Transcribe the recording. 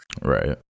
Right